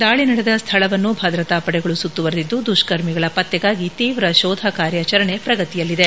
ದಾಳಿ ನಡೆದ ಸ್ಥಳವನ್ನು ಭದ್ರತಾ ಪಡೆಗಳು ಸುತ್ತುವರಿದಿದ್ದು ದುಷ್ಕರ್ಮಿಗಳ ಪತ್ತೆಗಾಗಿ ತೀವ್ರ ಶೋಧ ಕಾರ್ಯಾಚರಣೆ ಪ್ರಗತಿಯಲ್ಲಿದೆ